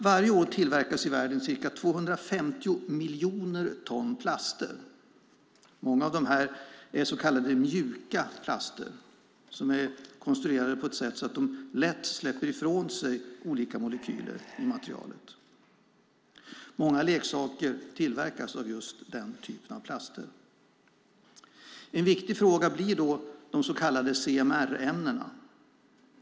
Varje år tillverkas i världen ca 250 miljoner ton plaster. Många av dem är så kallade mjuka plaster, konstruerade på ett sätt som gör att de lätt släpper ifrån sig olika molekyler i materialet. Många leksaker tillverkas av just sådana plaster. En viktig fråga blir därför de så kallade CMR-ämnena.